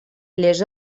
les